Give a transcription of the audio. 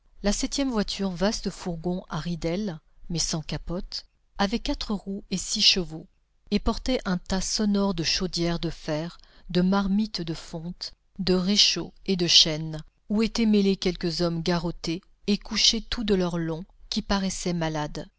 la septième voiture vaste fourgon à ridelles mais sans capote avait quatre roues et six chevaux et portait un tas sonore de chaudières de fer de marmites de fonte de réchauds et de chaînes où étaient mêlés quelques hommes garrottés et couchés tout de leur long qui paraissaient malades